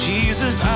Jesus